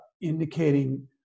indicating